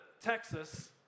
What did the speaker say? Texas